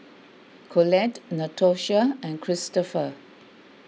Collette Natosha and Christoper